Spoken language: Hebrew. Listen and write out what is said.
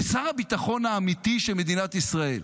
שר הביטחון האמיתי של מדינת ישראל.